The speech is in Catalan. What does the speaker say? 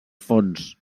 fons